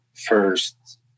first